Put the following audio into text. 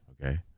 Okay